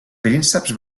prínceps